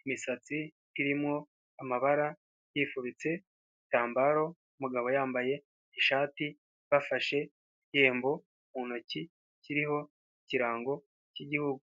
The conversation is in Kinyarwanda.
imisatsi irimo amabara yifubitse igitambaro umugabo yambaye ishati bafashe igihembo mu ntoki kiriho ikirango k'igihugu.